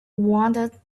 wanted